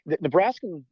nebraska